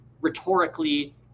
rhetorically